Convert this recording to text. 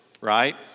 Right